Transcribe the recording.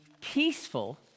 peaceful